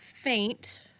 faint